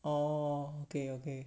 orh okay okay